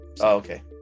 okay